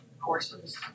courses